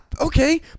Okay